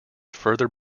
further